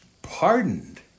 pardoned